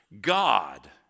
God